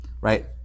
right